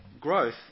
growth